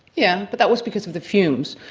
yeah, but that was because of the fumes.